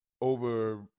over